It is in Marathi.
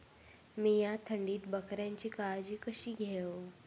मीया थंडीत बकऱ्यांची काळजी कशी घेव?